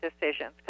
decisions